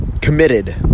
committed